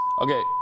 Okay